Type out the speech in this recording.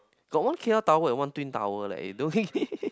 got one K_L tower and one twin tower leh eh don't